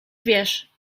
wiesz